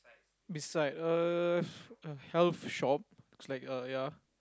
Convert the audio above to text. beside uh a health shop it's like a ya